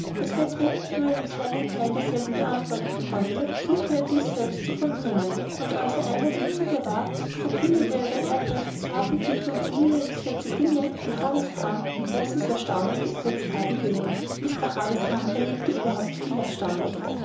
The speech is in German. nur einen kleinen teil derselben beantworten konnte suchte er dies selbst zu vollbringen und als er einmal im zuge war verkündigte er über erbrecht grafentitel und familiengesetze dinge die mr havisham in großes erstaunen gesetzt haben würden mr havisham erlebte überhaupt viel erstaunliches